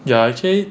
ya actually